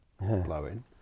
blowing